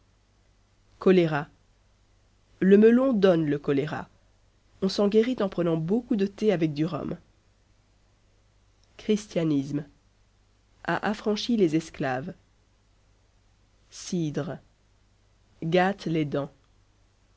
choléra le melon donne le choléra on s'en guérit en prenant beaucoup de thé avec du rhum christianisme a affranchi les esclaves cidre gâte les dents